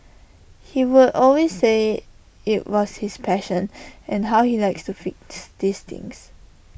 he would always say IT was his passion and how he liked to fix these things